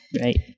Right